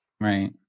Right